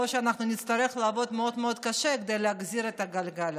או שאנחנו נצטרך לעבוד מאוד קשה כדי להחזיר את הגלגל.